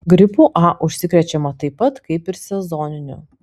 gripu a užsikrečiama taip pat kaip ir sezoniniu